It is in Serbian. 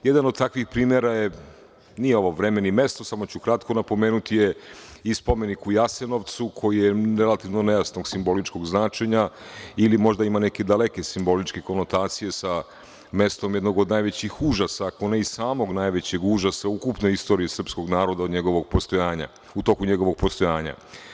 Jedan od takvih primera je, nije ovo ni vreme ni mesto, samo ću kratko napomenuti, jeste i spomenik u Jasenovcu, koji je relativno nejasnog simboličkog značenja ili možda ima neke daleke simboličke konotacije sa mestom jednog od najvećih užasa, ako ne i samog najvećeg užasa ukupne istorije srpskog naroda od njegovog postojanja, u toku njegovog postojanja.